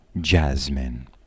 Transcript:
Jasmine